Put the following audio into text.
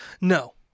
No